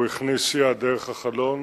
הוא הכניס יד דרך החלון